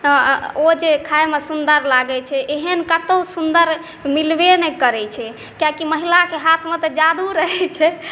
तऽ ओ जे खाइमे सुन्दर लागैत छै एहन कतहु सुन्दर मिलबे नहि करैत छै किआकि महिलाके हाथमे तऽ जादू रहैत छै